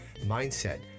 mindset